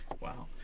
wow